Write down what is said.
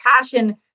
passion